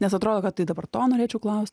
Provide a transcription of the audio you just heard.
nes atrodo kad tai dabar to norėčiau klaust